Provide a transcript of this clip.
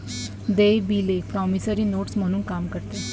देय बिले promissory notes म्हणून काम करतात